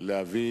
להביא